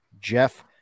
Jeff